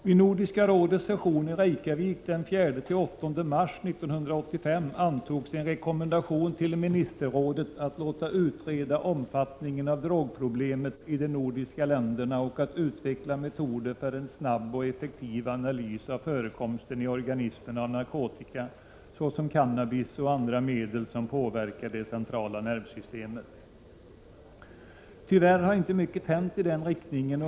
Vid Nordiska rådets session i Reykjavik den 4-8 mars 1985 antogs en rekommendation till ministerrådet om att låta utreda omfattningen av drogproblemet i de nordiska länderna och att utveckla metoder för en snabb och effektiv analys av förekomsten av narkotika i organismen, såsom cannabis och andra medel som påverkar det centrala nervsystemet. Tyvärr har inte mycket hänt i den riktningen.